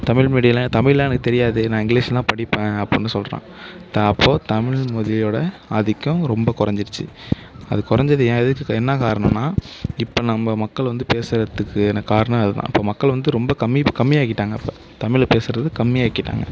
தமிழ் மீடியமெல்லாம் தமிழ்லாம் எனக்கு தெரியாது நான் இங்கிலீஷில் தான் படிப்பேன் அப்படினு சொல்கிறான் அப்போது தமிழ் மொழியோட ஆதிக்கம் ரொம்ப குறைஞ்சிடுச்சு அது குறைஞ்சது எது என்ன காரணம்னால் இப்போ நம்ம மக்கள் வந்து பேசுகிறதுக்கு என்ன காரணம் அது தான் அப்போது வந்து மக்கள் ரொம்ப கம்மி கம்மியாகி கிட்டாங்க தமிழ் பேசுகிறது கம்மி ஆக்கிட்டாங்க